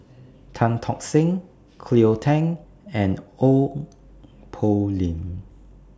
Tan Tock Seng Cleo Thang and Ong Poh Lim